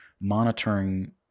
monitoring